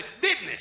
business